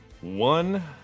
One